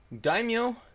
Daimyo